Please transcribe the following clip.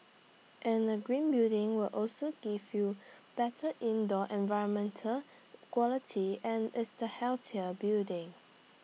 and A green building will also give you better indoor environmental quality and is the healthier building